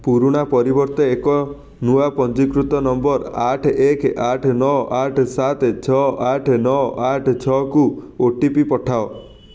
ପୁରୁଣା ପରିବର୍ତ୍ତେ ଏକ ନୂଆ ପଞ୍ଜୀକୃତ ନମ୍ବର୍ ଆଠ ଏକ ଆଠ ନଅ ଆଠ ସାତେ ଛଅ ଆଠ ନଅ ଆଠ ଛଅକୁ ଓ ଟି ପି ପଠାଅ